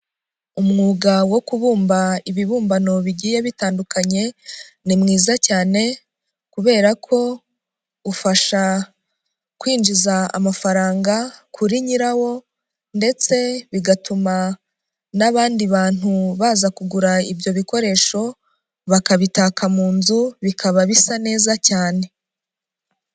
Umwuga wo kubumba ibibumbano bigiye bitandukanye, ni mwiza cyane kubera ko ufasha kwinjiza amafaranga kuri nyirawo ndetse bigatuma n'abandi bantu baza kugura ibyo bikoresho, bakabitaka mu nzu, bikaba bisa neza cyane.